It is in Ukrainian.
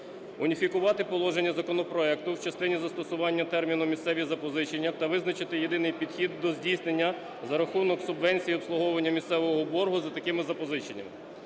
Уніфікувати положення законопроекту в частині застосування терміну "місцеві запозичення" та визначити єдиний підхід до здійснення за рахунок субвенцій і обслуговування місцевого боргу за такими запозиченнями.